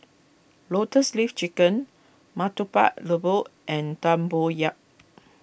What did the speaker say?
Lotus Leaf Chicken Murtabak Lembu and Tempoyak